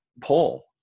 poll